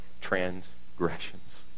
transgressions